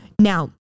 Now